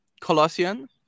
Colossian